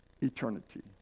eternity